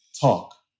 talk